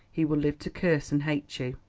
he will live to curse and hate you.